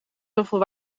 zoveel